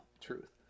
truth